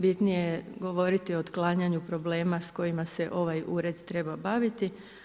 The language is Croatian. Bitnije je govoriti o otklanjanju problema s kojima se ovaj ured treba baviti.